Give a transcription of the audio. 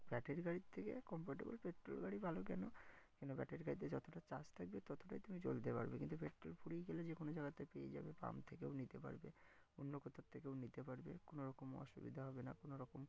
battery গাড়ির থেকে comfortable petrol গাড়ি ভালো কেন কেন ব্যাটারির গাড়িতে যতটা চার্জ থাকবে ততটাই তুমি চলতে পারবে কিন্তু পেট্রোল ফুরিয়ে গেলে যে কোনো জায়গাতে পেয়ে যাবে পাম্প থেকেও নিতে পারবে অন্য কোথার থেকেও নিতে পারবে কোনো রকম অসুবিধা হবে না কোনো রকম